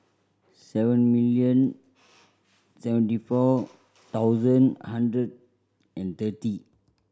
seven million seventy four thousand hundred and thirty